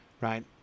right